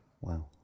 Wow